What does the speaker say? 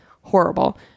horrible